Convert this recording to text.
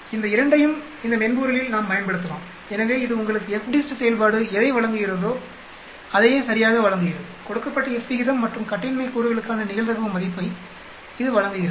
இந்த இரண்டையும் இந்த மென்பொருளில் நாம் பயன்படுத்தலாம் எனவே இது உங்களுக்கு FDIST செயல்பாடு எதை வழங்குகிறதோ அதையே சரியாக வழங்குகிறது கொடுக்கப்பட்ட F விகிதம் மற்றும் கட்டின்மை கூறுகளுக்கான நிகழ்தகவு மதிப்பை இது வழங்குகிறது